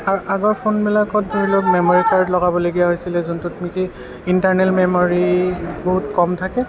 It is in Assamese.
আগৰ ফোনবিলাকত ধৰি লওঁক মেমৰি কাৰ্ড লগাবলগীয়া হৈছিলে যোনটোত নেকি ইণ্টাৰনেল মেমৰি বহুত কম থাকে